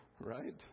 Right